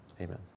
amen